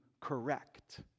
correct